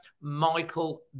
Michael